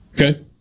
Okay